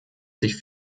sich